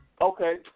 Okay